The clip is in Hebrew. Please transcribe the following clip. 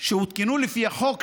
שהותקנו לפי החוק,